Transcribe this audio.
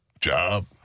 job